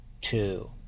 two